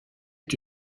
est